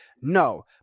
No